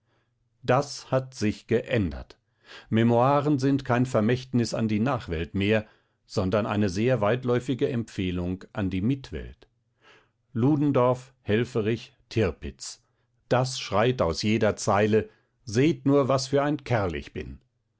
das hat sich geändert memoiren sind kein vermächtnis an die nachwelt mehr sondern eine sehr weitläufige empfehlung an die mitwelt ludendorff helfferich tirpitz das schreit aus jeder zeile seht nur was für ein kerl ich bin